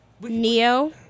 Neo